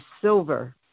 silver